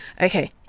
Okay